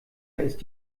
ist